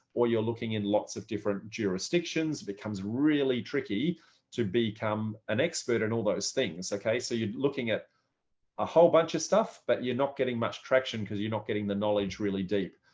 or you're looking in lots of different jurisdictions becomes really tricky to become an expert and all those things. so you're looking at a whole bunch of stuff, but you're not getting much traction because you're not getting the knowledge really deep.